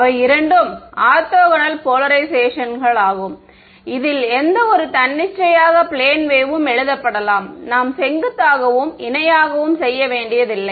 அவை இரண்டும் ஆர்த்தோகனல் போலரைசேஷன்களாகும் இதில் எந்தவொரு தன்னிச்சையான பிளேன் வேவ்வும் எழுதப்படலாம் நாம் செங்குத்தாகவும் இணையாகவும் செய்ய வேண்டியதில்லை